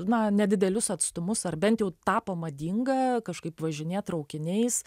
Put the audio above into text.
na nedidelius atstumus ar bent jau tapo madinga kažkaip važinėt traukiniais